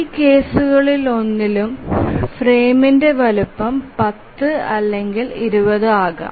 ഈ കേസുകളിലൊന്നിലും ഫ്രെയിമിന്റെ വലുപ്പം 10 അല്ലെങ്കിൽ 20 ആകാം